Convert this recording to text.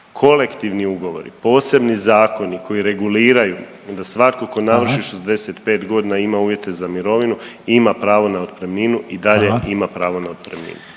Kolektivni ugovori, posebni zakoni koji reguliraju da svako tko navrši 65 godina …/Upadica: Hvala./… ima uvjete za mirovinu ima pravo na otpremninu i dalje ima …/Upadica: